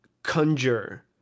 conjure